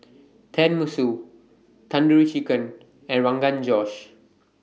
Tenmusu Tandoori Chicken and Rogan Josh